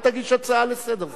אל תגיש הצעה לסדר-היום,